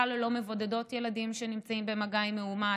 שבכלל ללא מבודדות ילדים שנמצאים במגעים עם מאומת,